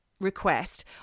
Request